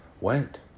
went